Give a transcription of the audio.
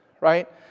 right